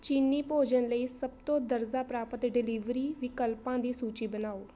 ਚੀਨੀ ਭੋਜਨ ਲਈ ਸਭ ਤੋਂ ਦਰਜਾ ਪ੍ਰਾਪਤ ਡਿਲੀਵਰੀ ਵਿਕਲਪਾਂ ਦੀ ਸੂਚੀ ਬਣਾਓ